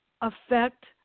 affect